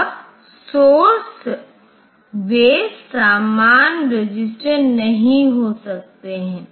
इसलिए प्रोसेसर पूरी तरह सेn के मूल्य को अनदेखी करेगा क्योंकि यह इतनी बड़ी चीज संभाल नहीं सकता है